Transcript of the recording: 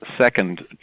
second